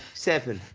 seven,